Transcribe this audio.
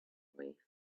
way